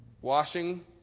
washing